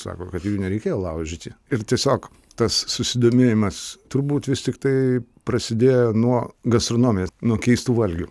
sako kad jų nereikėjo laužyti ir tiesiog tas susidomėjimas turbūt vis tiktai prasidėjo nuo gastronomijos nuo keistų valgių